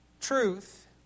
truth